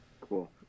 Cool